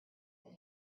that